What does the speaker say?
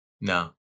No